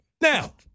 Now